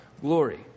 glory